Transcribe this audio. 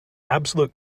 absolute